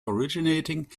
originating